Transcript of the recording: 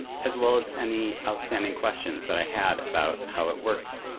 as well as any outstanding questions that i had about how it works.